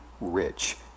rich